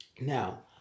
Now